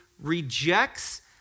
rejects